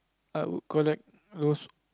I would collect those